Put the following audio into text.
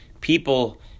People